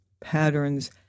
patterns